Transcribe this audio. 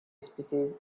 species